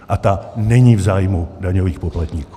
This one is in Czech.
A ta není v zájmu daňových poplatníků.